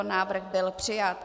Návrh byl přijat.